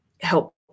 help